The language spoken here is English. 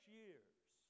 years